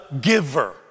giver